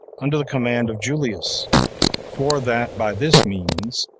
under the command of julius for that by this means,